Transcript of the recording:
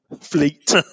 fleet